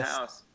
house